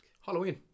Halloween